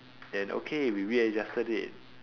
then okay we readjusted it